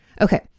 Okay